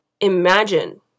imagine